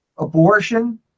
Abortion